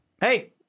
hey